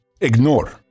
Ignore